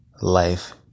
life